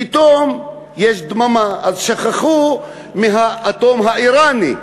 פתאום יש דממה, אז שכחו מהאטום האיראני.